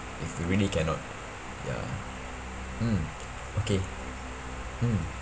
if we really cannot ya mm okay mm